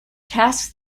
tasks